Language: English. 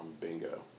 Bingo